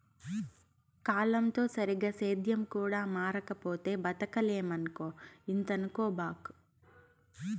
కాలంతో సరిగా సేద్యం కూడా మారకపోతే బతకలేమక్కో ఇంతనుకోబాకు